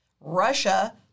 Russia